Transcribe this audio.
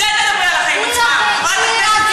דיברת על החיים עצמם,